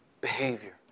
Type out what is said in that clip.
behavior